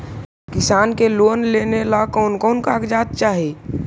किसान के लोन लेने ला कोन कोन कागजात चाही?